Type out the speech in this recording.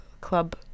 club